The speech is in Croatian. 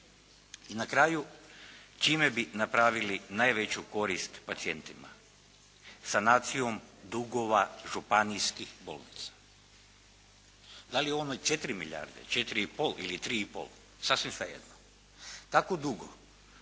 I na kraju, čime bi napravili najveću korist pacijentima. Sanacijom dugova županijskih bolnica. Da li je on 4 milijarde, 4,5 ili 3,5, sasvim svejedno. Tako dugo